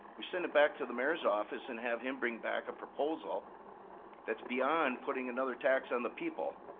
we send it back to the mayor's office and have him bring back a proposal that's beyond putting another tax on the people.